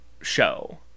show